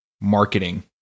marketing